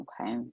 okay